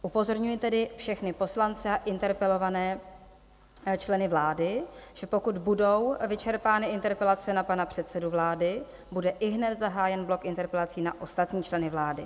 Upozorňuji tedy všechny poslance a interpelované členy vlády, že pokud budou vyčerpány interpelace na pana předsedu vlády, bude ihned zahájen blok interpelací na ostatní členy vlády.